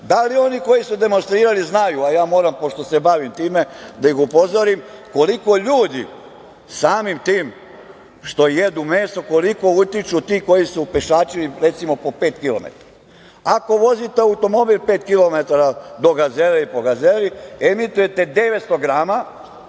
li oni koji su demonstrirali znaju, a ja moram pošto se bavim time, da ih upozorim koliko ljudi samim tim što jedu meso, koliko utiču ti koji su pešačili, recimo po pet kilometara. Ako vozite automobil pet kilometara do „Gazele“ i po „Gazeli“ emitujete 900 grama